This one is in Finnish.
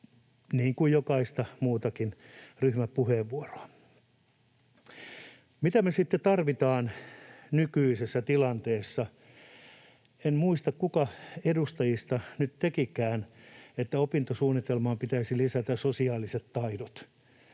niin kuin jokaista muutakin ryhmäpuheenvuoroa. Mitä me sitten tarvitaan nykyisessä tilanteessa? En muista, kuka edustajista nyt tekikään, että opintosuunnitelmaan pitäisi lisätä sosiaaliset taidot,